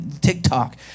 tiktok